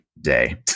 day